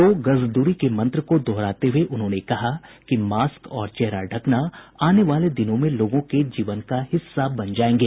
दो गज दूरी के मंत्र को दोहराते हुए उन्होंने कहा कि मास्क और चेहरा ढकना आने वाले दिनों में लोगों के जीवन का हिस्सा बन जाएंगे